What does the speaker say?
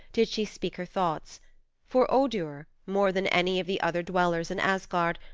did she speak her thoughts for odur, more than any of the other dwellers in asgard,